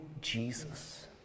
Jesus